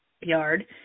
yard